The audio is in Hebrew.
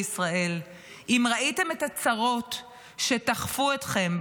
לישראל: אם ראיתם את הצרות שתכפו אתכם,